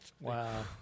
Wow